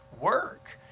work